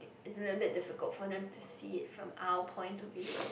it's a little bit difficult for them to see it from our point of view